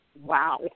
wow